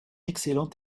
excellente